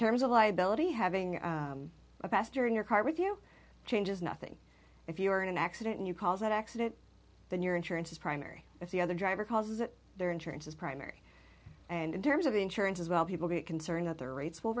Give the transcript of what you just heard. terms of liability having a pastor in your car with you changes nothing if you are in an accident and you call that accident then your insurance is primary if the other driver calls that their insurance is primary and in terms of insurance as well people get concerned that their rates will